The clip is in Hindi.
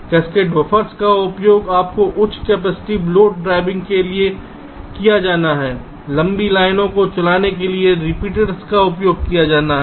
कैस्केड बफ़र्स का उपयोग उच्च कैपेसिटिव लोड ड्राइविंग के लिए किया जाना है लंबी लाइनों को चलाने के लिए रिपीटर्स का उपयोग किया जाना है